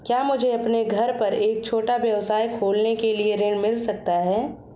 क्या मुझे अपने घर पर एक छोटा व्यवसाय खोलने के लिए ऋण मिल सकता है?